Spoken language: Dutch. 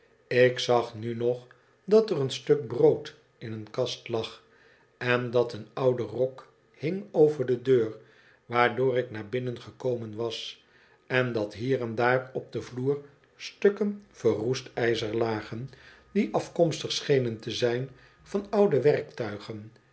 ik zag nu nog dat er een stuk brood in een kast lag en dat een oude rok hing over de deur waardoor ik naar binnen gekomen was en dat hier en daar op den vloer stukken verroest ijzer lagen die afkomstig schenen te zijn van oude werktuigen